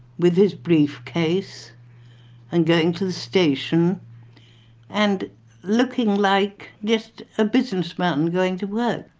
with his briefcase and going to the station and looking like just a businessman going to work.